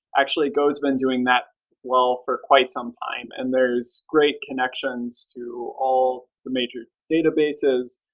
actually, go has been doing that well for quite some time and there's great connections to all the major databases,